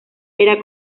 era